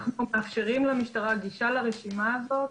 אנחנו מאפשרים למשטרה גישה לרשימה הזאת,